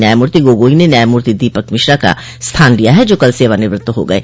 न्यायमूर्ति गोगोई ने न्यायमूर्ति दीपक मिश्रा का स्थान लिया है जो कल सेवानिवृत्त हो गये